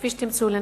כפי שתמצאו לנכון,